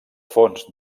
fons